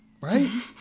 right